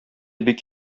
бик